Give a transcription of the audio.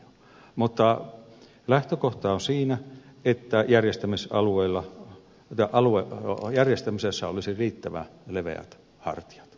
mutta lähtökohta on siinä että järjestämisessä olisi riittävän leveät hartiat